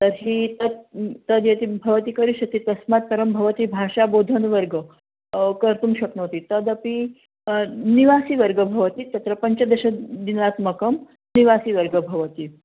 तर्हि तत् तद् यदि भवती करिष्यति तस्मात् परं भवति भाषाबोधनवर्गः कर्तुं शक्नोति तदपि निवासीवर्गः भवति तत्र पञ्चदश दिनात्मकं निवासीवर्गः भवति